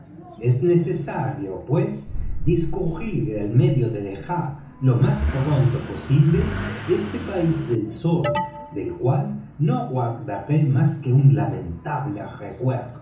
es necesario pues discurrir el medio de dejar lo más pronto posible este país del sol del cual no guardaré más que un lamentable recuerdo